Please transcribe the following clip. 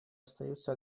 остаются